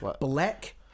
black